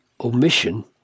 omission